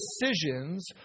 decisions